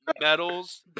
medals